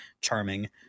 Charming